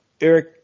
Eric